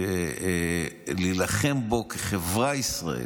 להילחם בה כחברה ישראלית,